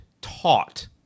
taught